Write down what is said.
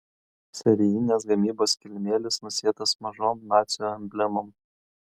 serijinės gamybos kilimėlis nusėtas mažom nacių emblemom